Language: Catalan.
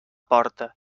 porta